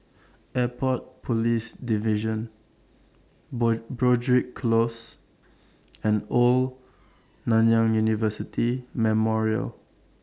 Airport Police Division Broadrick Close and Old Nanyang University Memorial